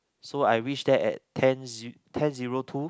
so I reach there at ten ze~ ten zero two